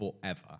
forever